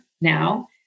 now